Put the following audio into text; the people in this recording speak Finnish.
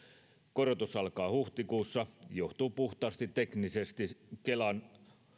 korotus alkaa huhtikuussa johtuu puhtaasti kelan